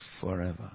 forever